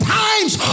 times